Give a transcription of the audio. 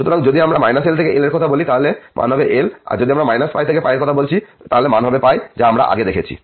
সুতরাং যদি আমরা l থেকে l এর কথা বলি তাহলে মান হবে l অথবা যদি আমরা -π থেকে এর কথা বলছি মান হবে আমরা যা দেখেছি